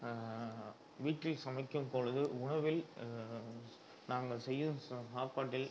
வீட்டில் சமைக்கும்பொழுது உணவில் நாங்கள் செய்யும் சா சாப்பாட்டில்